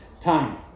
Time